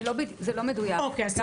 זה לא מדויק.